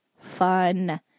fun